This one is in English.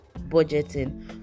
budgeting